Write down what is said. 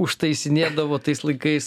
užtaisinėdavo tais laikais